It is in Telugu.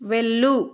వెళ్ళు